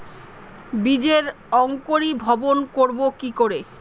বীজের অঙ্কোরি ভবন করব কিকরে?